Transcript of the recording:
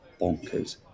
bonkers